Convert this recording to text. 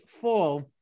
fall